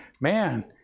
man